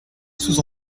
sous